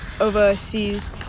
overseas